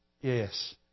Yes